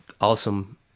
awesome